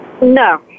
No